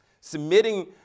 Submitting